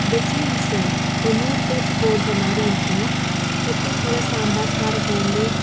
veg meals sir ஒரு நூறு பேருக்கு போடுற மாதிரி இருக்கும் எப்போயும் போல் சாம்பார் காரக் குழம்பு